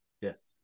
Yes